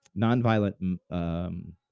nonviolent